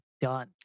done